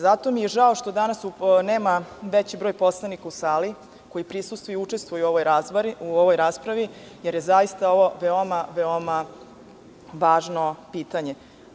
Zato mi je žao što danas nema veći broj poslanika u sali koji prisustvuju i učestvuju u ovoj raspravi, jer je zaista ovo veoma, veoma važno pitanje.